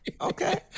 Okay